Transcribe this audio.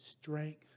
strength